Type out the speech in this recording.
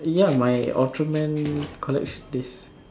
ya my ultraman collection disks